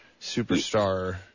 superstar